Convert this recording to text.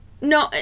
No